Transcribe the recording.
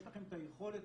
יש לכם את היכולת,